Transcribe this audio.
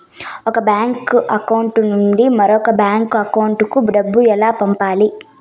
ఒక bank account నుంచి మరొక బ్యాంకు అకౌంట్ కు డబ్బు ఎలా పంపాలి